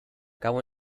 cabo